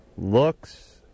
Looks